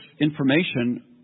information